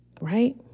right